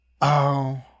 Oh